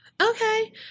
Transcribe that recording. okay